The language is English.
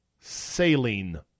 saline